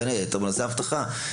בין היתר בנושא האבטחה.